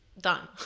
done